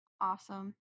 Awesome